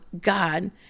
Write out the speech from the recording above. God